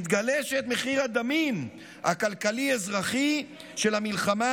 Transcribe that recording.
מתגלה שאת מחיר הדמים הכלכלי-אזרחי של המלחמה